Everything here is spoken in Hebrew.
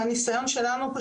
מהניסיון שלנו,